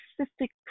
specific